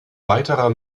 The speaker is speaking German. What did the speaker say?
weiterer